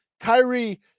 Kyrie